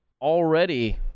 already